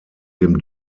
dem